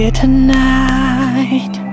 tonight